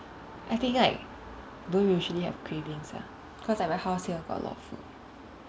I think like I don't usually have cravings ah cause at my house here got a lot of food